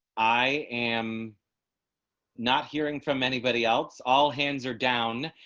i am not hearing from anybody else all hands are down.